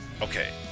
Okay